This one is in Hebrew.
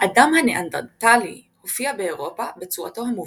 האדם הניאנדרטלי הופיע באירופה, בצורתו המובהקת,